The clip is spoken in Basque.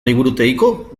liburutegiko